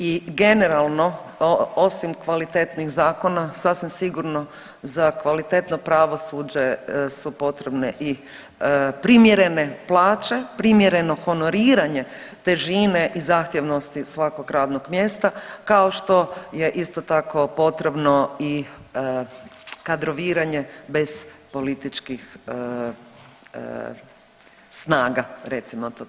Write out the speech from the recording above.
I generalno osim kvalitetnih zakona sasvim sigurno za kvalitetno pravosuđe su potrebne i primjerene plaće, primjereno honoriranje težine i zahtjevnosti svakog radnog mjesta kao što je isto tako potrebno i kadroviranje bez političkih snaga recimo to tako.